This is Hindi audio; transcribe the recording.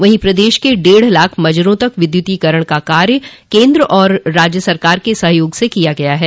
वहीं प्रदेश के डेढ़ लाख मजरों तक विद्युतीकरण कार्य केन्द्र और राज्य सरकार के सहयोग से किया गया है